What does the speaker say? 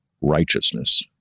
righteousness